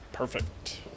Perfect